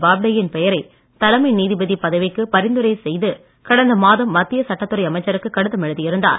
போப்டேயின் பெயரை தலைமை நீதிபதி பதவிக்கு பரிந்துரை செய்து கடந்த மாதம் மத்திய சட்டத்துறை அமைச்சருக்கு கடிதம் எழுதியிருந்தார்